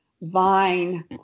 vine